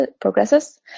progresses